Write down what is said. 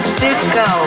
disco